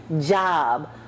job